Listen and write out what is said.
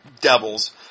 devils